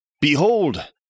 behold